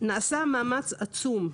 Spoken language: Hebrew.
נעשה מאמץ עצום,